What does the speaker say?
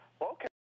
Okay